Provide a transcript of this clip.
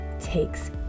takes